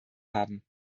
haben